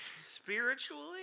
Spiritually